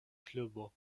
klubo